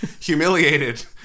humiliated